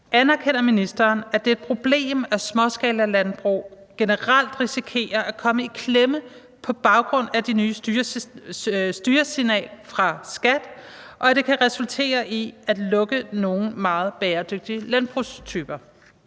Anerkender ministeren, at det er et problem, at småskalalandbrug generelt risikerer at komme i klemme på baggrund af det nye styresignal, og at det kan resultere i at lukke nogle meget bæredygtige landbrugstyper?